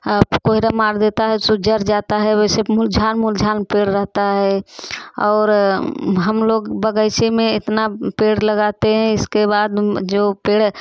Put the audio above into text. अब कोहरा मार देता है सो जड़ जाता है वैसे मुरझाया मुरझाया पेड़ रहता है और हम लोग बगीचे में इतना पेड़ लगाते हैं इसके बाद जो पेड़